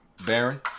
baron